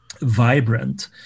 vibrant